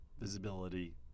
Visibility